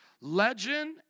Legend